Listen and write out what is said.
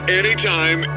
anytime